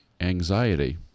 anxiety